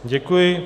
Děkuji.